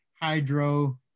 hydro